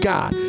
God